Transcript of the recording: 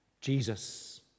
Jesus